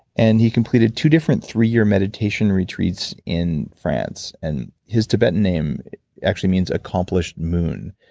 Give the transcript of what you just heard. and he completed two different three-year meditation retreats in france. and his tibetan name actually means accomplished moon.